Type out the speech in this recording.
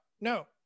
no